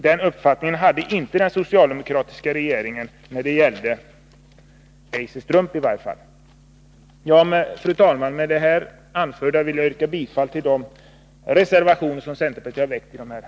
Den uppfattningen hade inte den socialdemokratiska regeringen, i varje fall inte när det gällde Eiser Strump. Fru talman! Med det anförda vill jag yrka bifall till de reservationer som centerpartiet har avgivit.